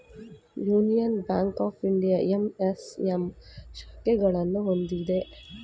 union Bank of India MSM ಶಾಖೆಗಳನ್ನು ಹೊಂದಿದೆ